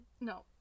No